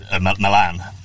Milan